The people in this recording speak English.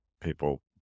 people